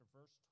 Verse